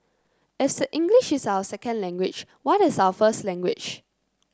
is English is our second language what is our first language